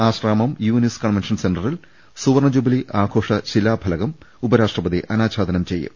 Asramam Yunus convention സെന്ററിൽ സുവർണ jubilee ആഘോഷ ശിലാഫലകം ഉപരാഷ്ട്രപതി അനാച്ഛാദനം ചെയ്യും